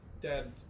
Dad